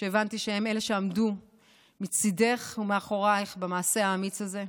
שהבנתי שהם אלה שעמדו מצידך ומאחורייך במעשה האמיץ הזה.